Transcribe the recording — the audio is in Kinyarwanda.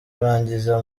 arangiza